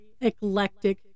eclectic